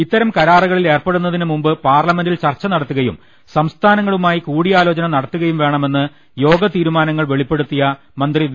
ഇത്തരം കരാറുകളിൽ ഏർപ്പെ ടുന്നതിനുമുമ്പ് പാർലമെന്റിൽ ചർച്ച നടത്തുകയും സംസ്ഥാനങ്ങളുമായി കൂടിയാലോചന നടത്തുകയും വേണമെന്ന് യോഗ തീരുമാനങ്ങൾ വെളിപ്പെടുത്തിയ മന്ത്രി വി